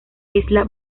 isla